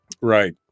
Right